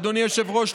אדוני היושב-ראש,